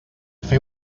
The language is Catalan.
fer